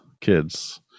kids